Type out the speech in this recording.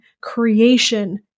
creation